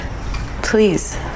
please